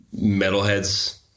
metalheads